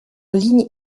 ligne